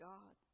God